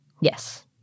Yes